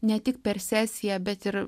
ne tik per sesiją bet ir